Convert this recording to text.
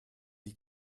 die